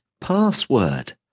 password